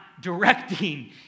directing